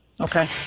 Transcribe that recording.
Okay